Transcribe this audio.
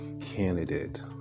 candidate